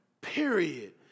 Period